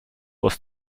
was